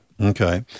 Okay